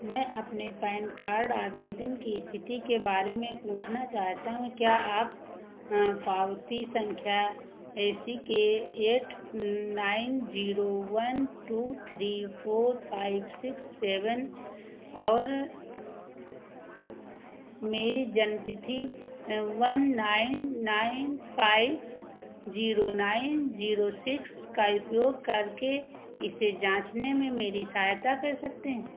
मैं अपने PAN card आवेदन की इस्थिति के बारे में पूछना चाहता हूँ क्या आप पावती सँख्या A C K eight nine zero one two three four five six seven और मेरी जन्मतिथि one nine nine five zero nine zero six का उपयोग करके इसे जाँचने में मेरी सहायता कर सकते हैं